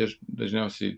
ir dažniausiai